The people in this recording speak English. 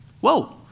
Whoa